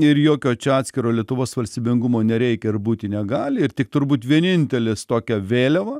ir jokio čia atskiro lietuvos valstybingumo nereikia būti negali ir tik turbūt vienintelis tokia vėliava